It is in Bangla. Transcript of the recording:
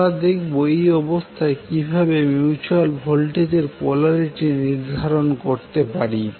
আমরা দেখবো এই অবস্থায় কিভাবে মিউচুয়াল ভোল্টেজের পোলারিটি নির্ধারণ করতে পারি